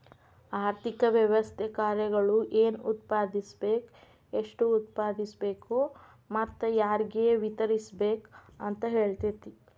ಆರ್ಥಿಕ ವ್ಯವಸ್ಥೆ ಕಾರ್ಯಗಳು ಏನ್ ಉತ್ಪಾದಿಸ್ಬೇಕ್ ಎಷ್ಟು ಉತ್ಪಾದಿಸ್ಬೇಕು ಮತ್ತ ಯಾರ್ಗೆ ವಿತರಿಸ್ಬೇಕ್ ಅಂತ್ ಹೇಳ್ತತಿ